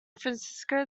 francisco